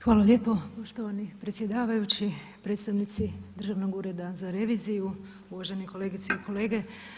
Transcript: Hvala lijepo poštovani predsjedavajući, predstavnici Državnog ureda za reviziju, uvažene kolegice i kolege.